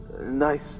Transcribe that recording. nice